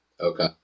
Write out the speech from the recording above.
Okay